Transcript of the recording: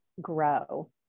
grow